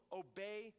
obey